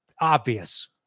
obvious